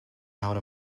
out